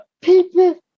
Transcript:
people